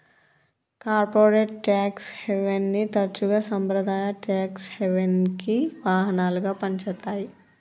corporate tax హెవెన్ని తరచుగా సాంప్రదాయ ట్యేక్స్ హెవెన్కి వాహనాలుగా పనిచేత్తాయి